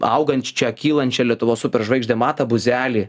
augančią kylančią lietuvos superžvaigždę matą buzelį